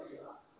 ya